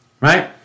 right